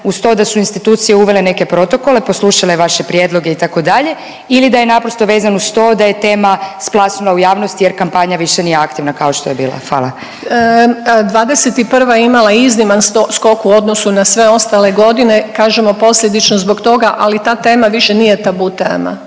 uz to da su institucije uvele neke protokole, poslušale vaše prijedloge itd. ili da je naprosto vezan uz to da je tema splasnula u javnosti jer kampanja više nije aktivna kao što je bila. Hvala. **Ljubičić, Višnja** '21. je imala izniman skok u odnosu na sve ostale godine kažemo posljedično zbog toga, ali ta tema više nije tabu tema.